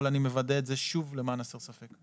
אבל אני מוודא את זה שוב למען הסר ספק.